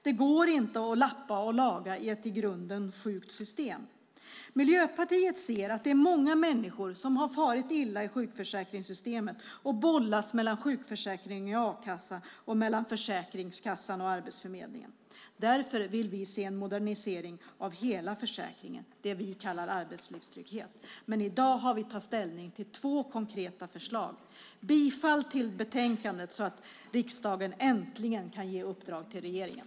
Det går inte att lappa och laga ett i grunden sjukt system. Miljöpartiet ser att många människor far illa i sjukförsäkringssystemet och bollas mellan sjukförsäkring och a-kassa och mellan Försäkringskassan och Arbetsförmedlingen. Därför vill vi se en modernisering av hela försäkringen, det vi kallar arbetslivstrygghet. I dag har vi att ta ställning till två konkreta förslag. Jag yrkar därför bifall till utskottets förslag i betänkandet så att riksdagen äntligen kan ge uppdrag till regeringen.